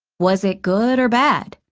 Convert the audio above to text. was it good or bad?